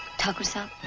thakur sir,